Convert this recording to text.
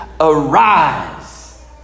arise